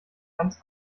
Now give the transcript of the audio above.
ganz